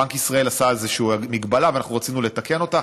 בנק ישראל עשה איזושהי הגבלה ואנחנו רצינו לתקן אותה,